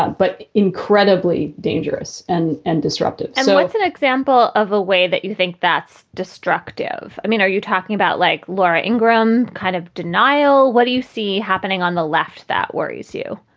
but incredibly dangerous and and disruptive so it's an example of a way that you think that's destructive. i mean, are you talking about, like laura ingraham kind of denial? what do you see happening on the left that worries you?